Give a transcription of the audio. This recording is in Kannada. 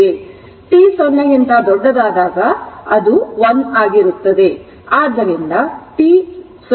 t 0 ಗಿಂತ ದೊಡ್ಡದಾದಾಗ ಅದು 1 ಆಗಿರುತ್ತದೆ